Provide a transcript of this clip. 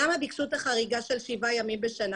למה ביקשו את החריגה של שבעה ימים בשנה?